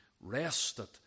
rested